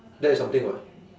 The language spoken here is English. that's something [what]